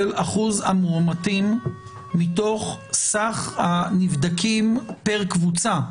אחוז המאומתים מתוך סך הנבדקים פר קבוצה,